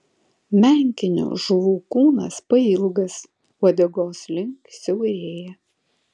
menkinių žuvų kūnas pailgas uodegos link siaurėja